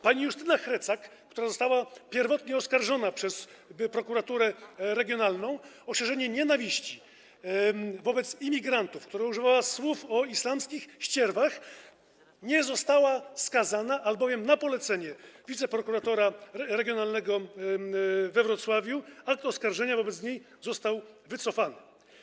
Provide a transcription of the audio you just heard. Pani Justyna Hrecak, która została pierwotnie oskarżona przez prokuraturę regionalną o szerzenie nienawiści wobec imigrantów, która używała słów, mówiła o islamskich ścierwach, nie została skazana, albowiem na polecenie wiceprokuratora regionalnego we Wrocławiu akt oskarżenia wobec niej został wycofany.